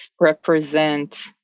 represent